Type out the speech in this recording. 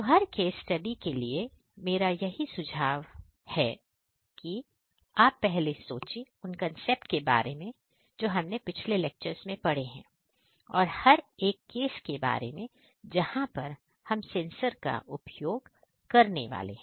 तो हर case study के लिए मेरा यह सुझाव है की आप पहले सोचे उन कंसेप्ट के बारे में जो हमने पिछले लेक्चरर्स मैं पढ़ें है और हर एक केस के बारे में जहां पर हम सेंसर का उपयोग करने वाले हैं